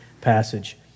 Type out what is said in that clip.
passage